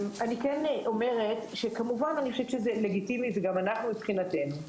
כמובן אני חושבת שזה לגיטימי וגם אנחנו מבחינתנו,